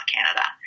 Canada